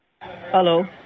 Hello